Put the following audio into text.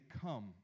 Come